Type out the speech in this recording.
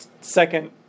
second